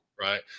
Right